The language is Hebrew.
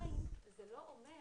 עדיין זה לא אומר